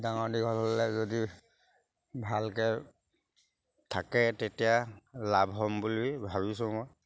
ডাঙৰ দীঘল হ'লে যদি ভালকৈ থাকে তেতিয়া লাভ হ'ম বুলি ভাবিছোঁ মই